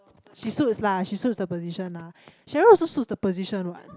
she suits lah she suits the position lah Cheryl also suits the position what